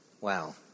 Wow